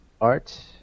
art